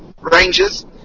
Rangers